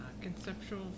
conceptual